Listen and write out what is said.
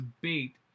bait